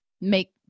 make